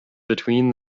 between